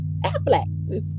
Affleck